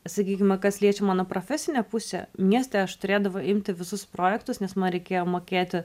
sakykime kas liečia mano profesinę pusę mieste aš turėdavau imti visus projektus nes man reikėjo mokėti